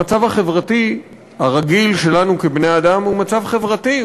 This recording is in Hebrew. המצב החברתי הרגיל שלנו כבני-אדם הוא מצב חברתי,